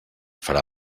farà